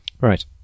Right